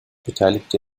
beteiligte